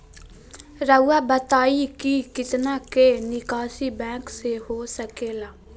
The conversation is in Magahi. रहुआ बताइं कि कितना के निकासी बैंक से हो सके ला?